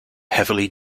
heavily